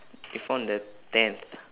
we found the tenth